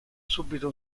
subito